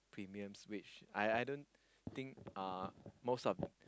premiums which I I don't think uh most of the